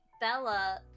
Bella